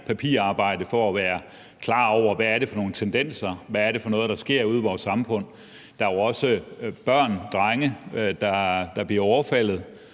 papirarbejde for at blive klar over, hvad det er for nogle tendenser, der er, hvad det er for noget, der sker ude i vores samfund. Der er jo også børn, drenge, der bliver overfaldet